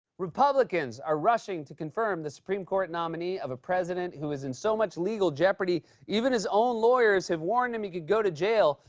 republicans are rushing to confirm the supreme court nominee of a president who is in so much legal jeopardy even his own lawyers have warned him he could go to jail.